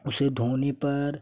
उसे धोने पर